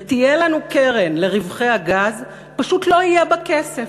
ותהיה לנו קרן לרווחי הגז, פשוט לא יהיה בה כסף,